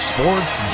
Sports